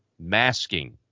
Masking